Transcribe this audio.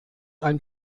ein